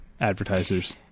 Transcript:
advertisers